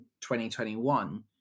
2021